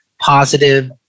positive